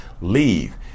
leave